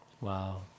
Wow